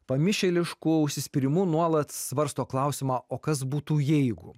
pamišėlišku užsispyrimu nuolat svarsto klausimą o kas būtų jeigu